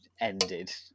ended